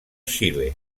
xile